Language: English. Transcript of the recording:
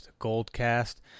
GoldCast